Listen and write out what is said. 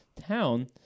town